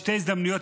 בשתי הזדמנויות,